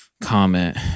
comment